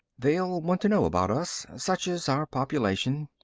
they'll want to know about us, such as our population.